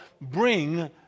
bring